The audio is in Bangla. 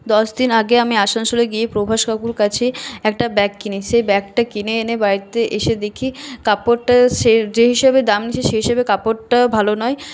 দশদিন আগে আমি আসানসোলে গিয়ে প্রভাস কাকুর কাছে একটা ব্যাগ কিনি সেই ব্যাগটা কিনে এনে বাড়িতে এসে দেখি কাপড়টা সে যে হিসেবে দাম নিয়েছে সে হিসেবে কাপড়টা ভালো নয়